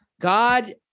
God